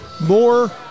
more